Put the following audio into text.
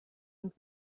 und